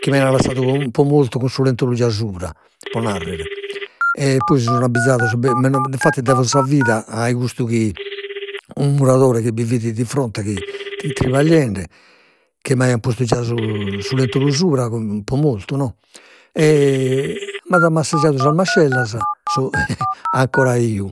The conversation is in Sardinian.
Chi mi aian lassadu pro mortu cun su ‘entolu già subra, pro narrer, e poi si sun abbizados infatti devo sa vida ai custu chi, unu muradore chi bi fit di fronte chi fit trapagliende, chi m'aian postu già su su lentolu supra, pro mortu no, e m'at massaggiadu sas mascellas ancora 'iu,